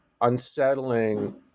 unsettling